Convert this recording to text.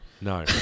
No